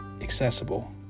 accessible